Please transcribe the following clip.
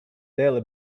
daily